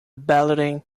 balloting